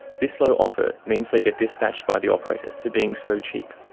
this low offer means they get dispatched by the operator for being so cheap,